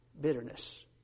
bitterness